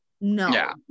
no